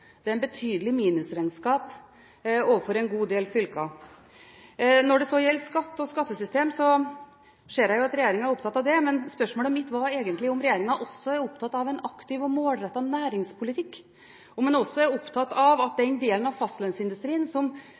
Det er et betydelig minusregnskap for en god del fylker. Når det så gjelder skatt og skattesystem, ser jeg jo at regjeringen er opptatt av det, men spørsmålet mitt var egentlig om regjeringen også er opptatt av en aktiv og målrettet næringspolitikk. Er en også opptatt av at den delen av fastlandsindustrien som